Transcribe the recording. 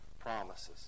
promises